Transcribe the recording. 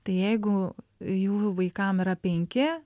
tai jeigu jų vaikam yra penki